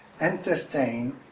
entertain